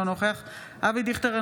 אינו נוכח אבי דיכטר,